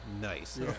nice